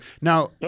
Now